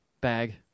bag